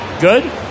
Good